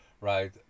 right